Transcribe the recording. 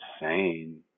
insane